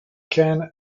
can